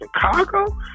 Chicago